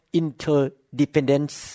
interdependence